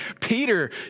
Peter